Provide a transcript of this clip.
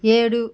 ఏడు